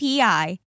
API